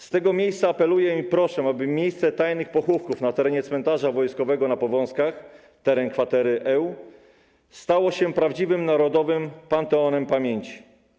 Z tego miejsca apeluję i proszę, aby miejsce tajnych pochówków na terenie Cmentarza Wojskowego na Powązkach, terenie kwatery Ł, stało się prawdziwym narodowym panteonem pamięci.